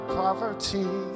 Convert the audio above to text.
poverty